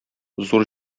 зур